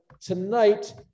tonight